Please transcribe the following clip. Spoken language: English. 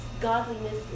godliness